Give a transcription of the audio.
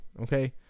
Okay